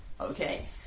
Okay